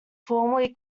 formally